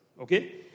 Okay